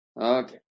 okay